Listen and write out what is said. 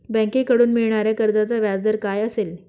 बँकेकडून मिळणाऱ्या कर्जाचा व्याजदर काय असेल?